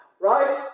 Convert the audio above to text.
Right